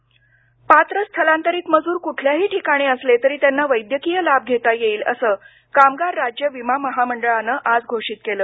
कामगार राज्य विमा महामंडळ पात्र स्थलांतरित मजूर कुठल्याही ठिकाणी असले तरी त्यांना वैद्यकीय लाभ घेता येतील असं कामगार राज्य विमा महामंडळानं आज घोषित केलं